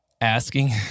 asking